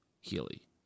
Healy